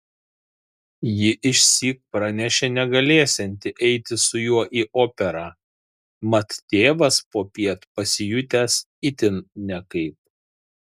ji išsyk pranešė negalėsianti eiti su juo į operą mat tėvas popiet pasijutęs itin nekaip